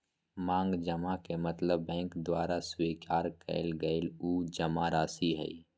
मांग जमा के मतलब बैंक द्वारा स्वीकार कइल गल उ जमाराशि हइ